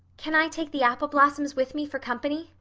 can i take the apple blossoms with me for company?